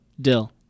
Dill